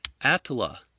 Attila